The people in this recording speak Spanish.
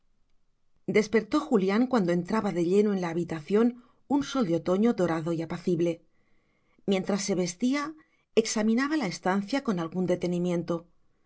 despertó julián cuando entraba de lleno en la habitación un sol de otoño dorado y apacible mientras se vestía examinaba la estancia con algún detenimiento era